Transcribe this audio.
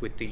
with the